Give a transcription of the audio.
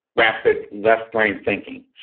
rapid left brain thinking.